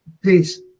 Peace